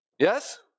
Yes